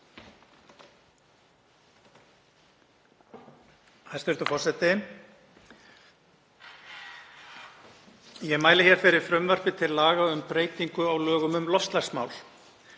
Hæstv. forseti Ég mæli hér fyrir frumvarpi til laga um breytingu á lögum um loftslagsmál.